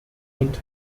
und